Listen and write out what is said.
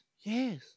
Yes